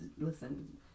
listen